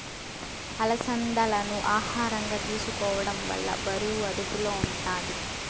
అలసందాలను ఆహారంగా తీసుకోవడం వల్ల బరువు అదుపులో ఉంటాది